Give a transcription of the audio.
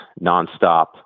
nonstop